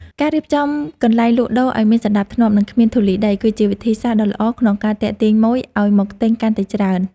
ការរៀបចំកន្លែងលក់ដូរឱ្យមានសណ្តាប់ធ្នាប់និងគ្មានធូលីដី គឺជាវិធីសាស្ត្រដ៏ល្អក្នុងការទាក់ទាញម៉ូយឱ្យមកទិញកាន់តែច្រើន។